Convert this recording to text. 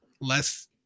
less